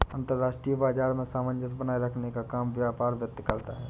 अंतर्राष्ट्रीय बाजार में सामंजस्य बनाये रखने का काम व्यापार वित्त करता है